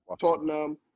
Tottenham